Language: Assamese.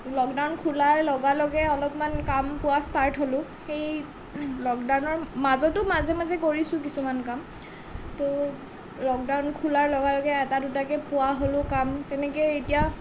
লকডাউন খোলাৰ লগা লগে অলপমান কাম পোৱা ষ্টাৰ্ট হ'লোঁ সেই লকডাউনৰ মাজতো মাজে মাজে কৰিছোঁ কিছুমান কাম তো লকডাউন খোলাৰ লগে লগে এটা দুটাকৈ পোৱা হ'লোঁ কাম তেনেকৈ এতিয়া